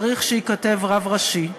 צריך שייכתב "רב ראשי".